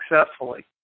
successfully